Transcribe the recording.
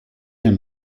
and